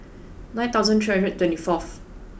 nine thousand three hundred twenty fourth